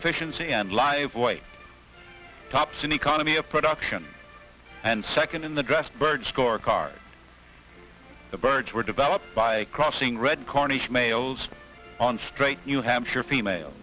efficiency and live way tops in economy of production and second in the draft bird score card the birds were developed by crossing red cornish males on straight new hampshire female